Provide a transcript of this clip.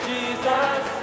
Jesus